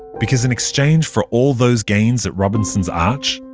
because in exchange for all those gains at robinson's arch,